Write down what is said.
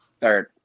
third